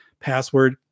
password